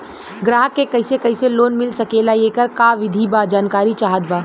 ग्राहक के कैसे कैसे लोन मिल सकेला येकर का विधि बा जानकारी चाहत बा?